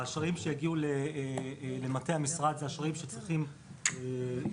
האשראים שיגיעו למטה המשרד הם אשראים שצריכים אישור